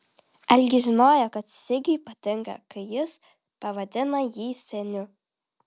algis žinojo kad sigiui patinka kai jis pavadina jį seniu